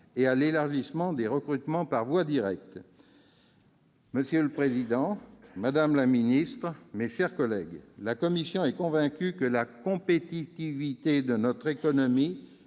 et à l'élargissement des recrutements par voie directe. Monsieur le président, madame la ministre, mes chers collègues, la commission est convaincue que la compétitivité de notre économie